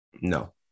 No